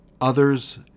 others